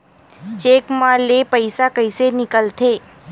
Cheque म ले पईसा कइसे निकलथे?